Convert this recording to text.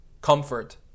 comfort